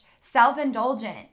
self-indulgent